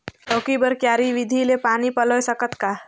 लौकी बर क्यारी विधि ले पानी पलोय सकत का?